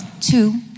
Two